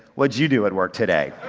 what'd you do at work today?